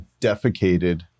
defecated